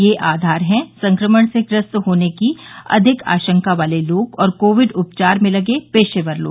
ये आधार हैं संक्रमण से ग्रस्त होने की अधिक आशंका वाले लोग और कोविड उपचार में लगे पेशेवर लोग